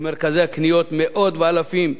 או במרכזי הקניות מאות ואלפים,